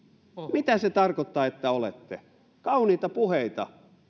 mitä se tarkoittaa että olette kauniita puheita